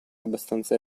abbastanza